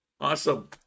awesome